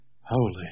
Holy